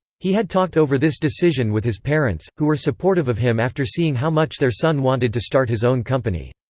he had talked over this decision with his parents, who were supportive of him after seeing how much their son wanted to start his own company.